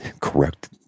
correct